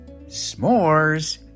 S'mores